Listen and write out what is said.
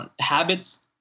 Habits